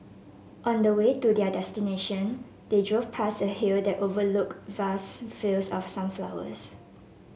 on the way to their destination they drove past a hill that overlooked vast fields of sunflowers